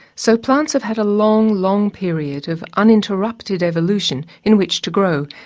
so plants have had a long, long period of uninterrupted evolution in which to grow.